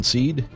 Seed